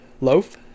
loaf